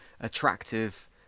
Attractive